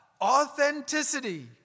authenticity